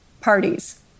parties